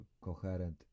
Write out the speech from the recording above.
coherent